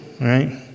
right